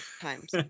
times